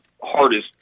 hardest –